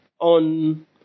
on